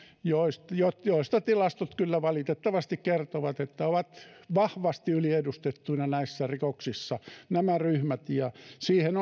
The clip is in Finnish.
joista tilastot kyllä valitettavasti kertovat että nämä ryhmät ovat vahvasti yliedustettuina näissä rikoksissa ja siihen